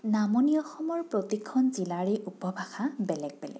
নামনি অসমৰ প্ৰতিখন জিলাৰে উপভাষা বেলেগ বেলেগ